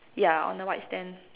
yeah on the white stand